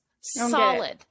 solid